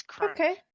Okay